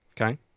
Okay